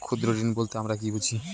ক্ষুদ্র ঋণ বলতে আমরা কি বুঝি?